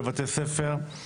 בבתי הספר,